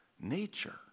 nature